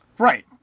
Right